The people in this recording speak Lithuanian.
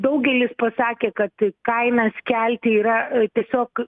daugelis pasakė kad kainas kelti yra tiesiog